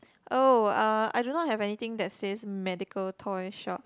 oh uh I do not have anything that says medical toy shop